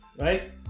right